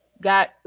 Got